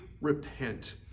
repent